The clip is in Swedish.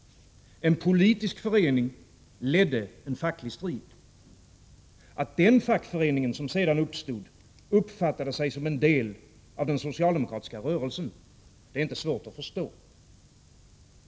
En politisk förening ledde en facklig strid. Att den fackförening som sedan uppstod uppfattade sig som en del av den socialdemokratiska rörelsen är inte svårt att förstå.